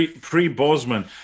Pre-Bosman